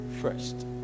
first